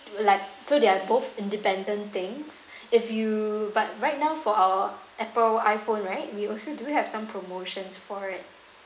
like so they are both independent things if you but right now for our Apple iPhone right we also do have some promotions for it